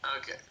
okay